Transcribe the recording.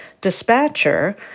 dispatcher